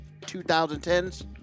2010s